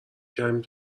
کردیم